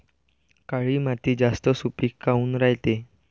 काळी माती जास्त सुपीक काऊन रायते?